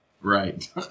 Right